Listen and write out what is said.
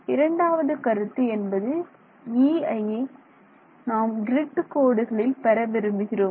இரண்டாவது கருத்து என்பது E ஐ நாம் க்ரிட் கோடுகளில் பெற விரும்புகிறோம்